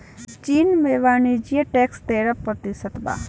चीन में वाणिज्य टैक्स तेरह प्रतिशत बा